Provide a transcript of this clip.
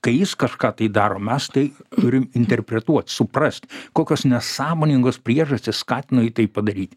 kai jis kažką tai daro mes tai turim interpretuot suprast kokios nesąmoningos priežastys skatina jį tai padaryt